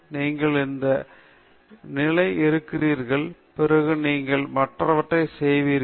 நீங்கள் இந்த நிலைக்கு வருகிறீர்கள் பிறகு நீங்கள் மற்றவையும் செய்வீர்கள்